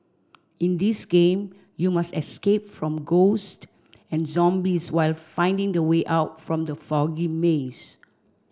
in this game you must escape from ghost and zombies while finding the way out from the foggy maze